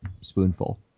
spoonful